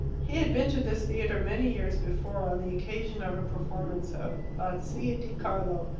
he had been to this theatre many years before, on the occasion of a performance of la zia di carlo.